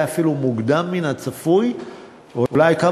אולי אפילו מוקדם מהצפוי,